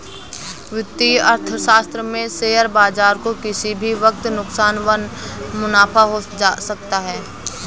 वित्तीय अर्थशास्त्र में शेयर बाजार को किसी भी वक्त नुकसान व मुनाफ़ा हो सकता है